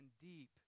deep